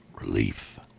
relief